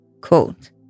Quote